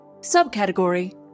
Subcategory